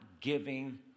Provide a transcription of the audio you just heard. giving